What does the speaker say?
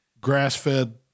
grass-fed